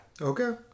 Okay